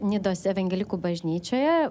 nidos evangelikų bažnyčioje